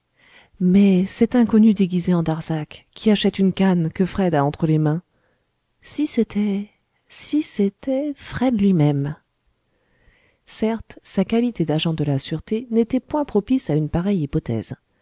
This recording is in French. mais cet inconnu déguisé en darzac qui achète une canne que fred a entre les mains si c'était si c'était fred luimême certes sa qualité d'agent de la sûreté n'était point propice à une pareille hypothèse